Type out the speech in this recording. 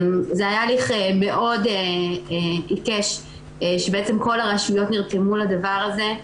זה היה הליך מאוד עיקש שכל הרשויות נרתמו לדבר הזה,